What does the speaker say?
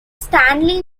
stanley